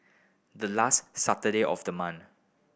the last Saturday of the month